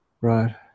Right